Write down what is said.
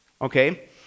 okay